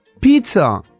pizza